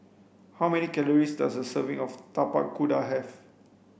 how many calories does a serving of tapak kuda have